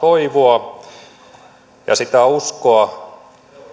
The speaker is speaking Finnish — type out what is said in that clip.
toivoa ja sitä uskoa